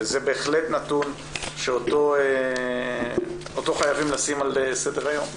בכל מקרה נהיה חייבים לסיים את הדיון ב-11:00.